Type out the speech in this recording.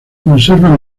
conservan